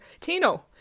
Tino